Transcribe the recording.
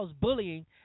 bullying